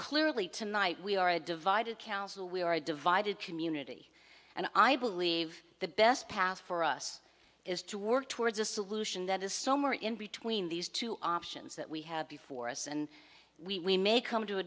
clearly tonight we are a divided council we are a divided community and i believe the best path for us is to work towards a solution that is somewhere in between these two options that we have before us and we may come to a